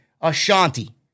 Ashanti